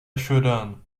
chorando